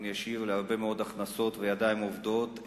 ישיר להרבה מאוד הכנסות וידיים עובדות,